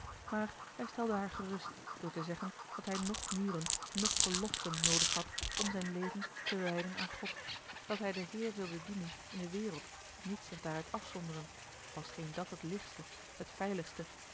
maar hij stelde haar gerust door te zeggen dat hij noch muren noch geloften noodig had om zijn leven te wijden aan god dat hij den heer wilde dienen in de wereld niet zich daaruit afzonderen al scheen dat het lichtste het veiligste